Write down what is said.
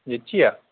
ییٚتہِ چی یہَ